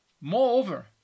Moreover